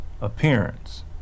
appearance